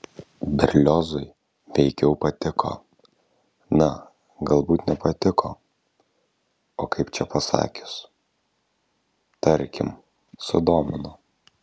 berliozui veikiau patiko na galbūt ne patiko o kaip čia pasakius tarkim sudomino